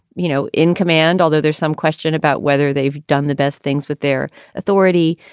you know, in command, although there's some question about whether they've done the best things with their authority.